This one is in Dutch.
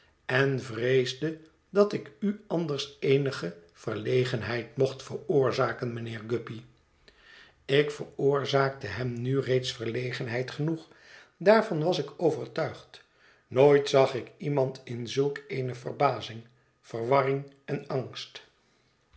en vreesde dat ik u anders eenige verlegenheid mocht veroorzaken mijnheer guppy ik veroorzaakte hem nu reeds verlegenheid genoeg daarvan was ik overtuigd nooit zag ik iemand in zulk eene verbazing verwarring en angst